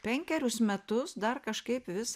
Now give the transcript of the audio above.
penkerius metus dar kažkaip vis